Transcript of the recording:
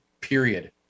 period